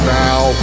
now